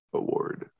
award